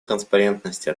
транспарентности